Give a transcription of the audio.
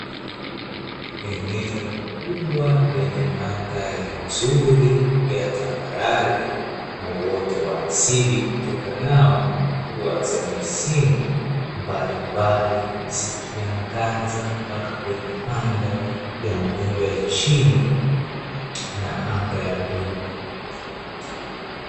Eneo kubwa lenye mandhari nzuri ya tambarare na uoto wa asili utokanao na mvua za misimu mbalimbali, zikiangaza mpaka kwenye anga ya mawingu ya chini na anga ya bluu.